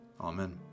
Amen